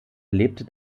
erlebte